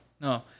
no